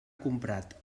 comprat